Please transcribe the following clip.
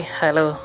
hello